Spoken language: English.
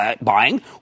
buying